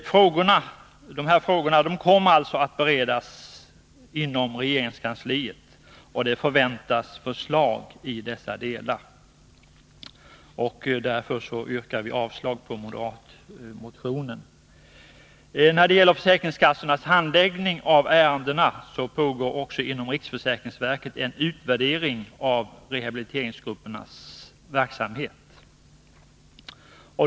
Dessa frågor kommer att beredas inom regeringskansliet, och förslag förväntas i nu aktuella delar. Därför yrkar utskottsmajoriteten avslag på moderatmotionen. När det gäller försäkringskassornas handläggning av ärendena pågår inom riksförsäkringsverket en utvärdering av rehabiliteringsgruppernas verksamhet.